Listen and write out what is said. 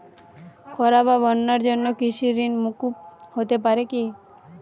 খরা বা বন্যার জন্য কৃষিঋণ মূকুপ হতে পারে কি?